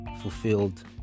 fulfilled